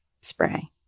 spray